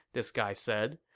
this guy said.